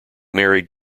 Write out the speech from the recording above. married